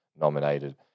nominated